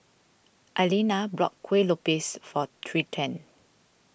Eliana bought Kuih Lopes for Trenten